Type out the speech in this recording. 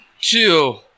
two